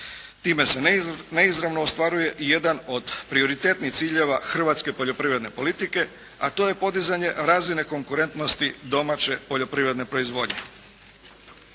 Time se neizravno ostvaruje i jedan od prioritetnih ciljeva hrvatske poljoprivredne politike, a to je podizanje razine konkurentnosti domaće poljoprivredne proizvodnje.